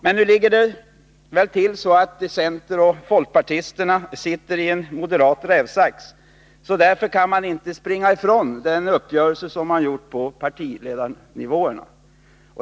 Men nu ligger det väl till så att centeroch folkpartisterna sitter i en moderat rävsax, så därför kan man inte springa ifrån den uppgörelse som man gjort på partiledarnivåerna.